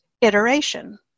iteration